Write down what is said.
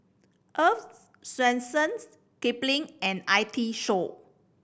Earl's Swensens Kipling and I T Show